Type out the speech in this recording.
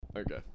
Okay